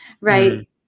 right